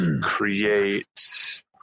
create